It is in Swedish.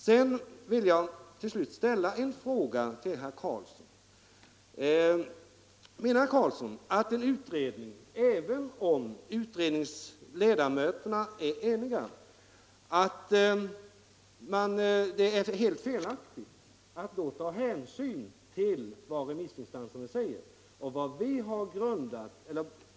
Slutligen vill jag ställa en fråga: Menar herr Karlsson att det, även om ledamöterna i en utredning är eniga, skulle vara felaktigt att ta hänsyn till remissinstansernas uttalanden?